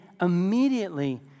immediately